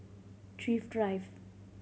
Thrift Drive